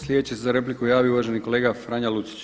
Sljedeći se za repliku javila uvaženi kolega Franjo Lucić.